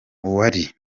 uwari